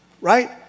Right